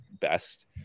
best